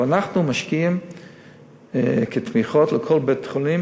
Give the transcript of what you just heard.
אבל אנחנו משקיעים כתמיכות לכל בית-חולים